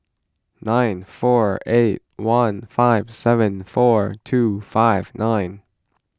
nine four eight one five seven four two five nine